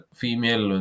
female